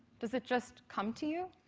does it just come to you?